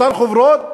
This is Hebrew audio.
אותן חוברות,